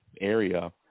area